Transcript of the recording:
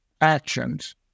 actions